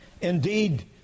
Indeed